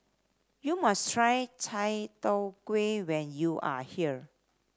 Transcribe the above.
you must try Chai Tow Kway when you are here